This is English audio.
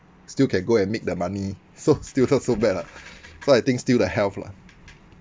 still can go and make the money so still not so bad lah so I think still the health lah